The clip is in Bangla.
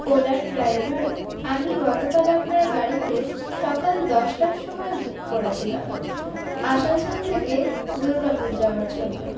ওলার ড্রাইভার আমি গতকাল আপনার গাড়িকে সকাল দশটার সময় বুক করেছিলাম আসানসোল থেকে দুর্গাপুর যাওয়ার জন্য